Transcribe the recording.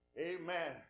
Amen